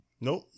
Nope